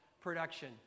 production